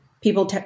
people